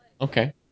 Okay